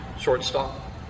shortstop